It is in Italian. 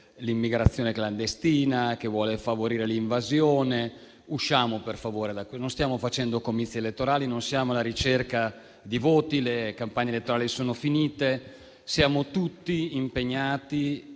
l'immigrazione clandestina e che vuole favorire l'invasione. Usciamo da qui, per favore. Non stiamo facendo comizi elettorali e non siamo alla ricerca di voti. Le campagne elettorali sono finite e siamo tutti impegnati